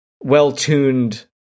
well-tuned